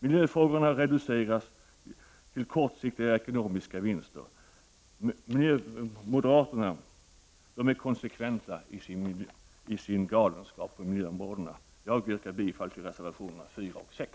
Miljöfrågorna reduceras till kortsiktiga ekonomiska vinster. Moderaterna är konsekventa i sin galenskap på miljöområdet. Jag yrkar bifall till reservationerna 4 och 6.